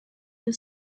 you